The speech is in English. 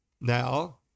Now